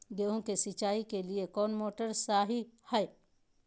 गेंहू के सिंचाई के लिए कौन मोटर शाही हाय?